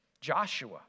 Joshua